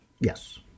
Yes